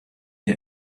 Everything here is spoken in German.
der